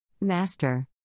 master